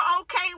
okay